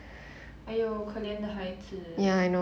!aiyo! 可怜的孩子